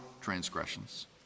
transgressions